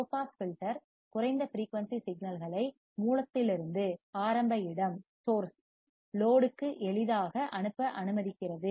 low pass filter குறைந்த frequency சிக்னல்களை மூலத்திலிருந்து ஆரம்ப இடம் source லோடு ற்கு எளிதாக அனுப்ப அனுமதிக்கிறது